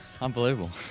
Unbelievable